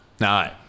No